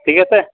ঠিক আছে